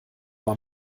war